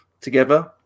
together